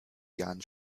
jahren